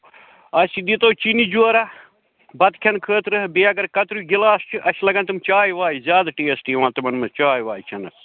اَسہِ دِیٖتو چِنہِ جوراہ بَتہٕ کھٮ۪نہٕ خٲطرٕ بیٚیہِ اَگر کَترٮ۪و گِلاسہٕ چھِ اَسہِ لَگان تِم چایہِ وایہِ زیادٕ ٹیسٹہٕ یِوان تِمَن منٛز چاے واے چٮ۪نَس